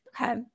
Okay